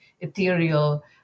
ethereal